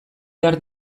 behar